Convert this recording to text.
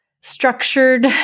structured